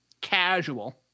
casual